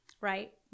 Right